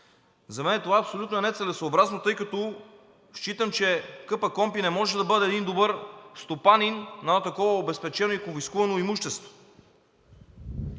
За мен това е абсолютно нецелесъобразно, тъй като считам, че КПКОНПИ не може да бъде един добър стопанин на такова обезпечено и конфискувано имущество.